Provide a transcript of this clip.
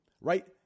right